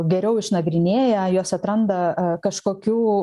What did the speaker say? geriau išnagrinėja juos atranda kažkokių